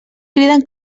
criden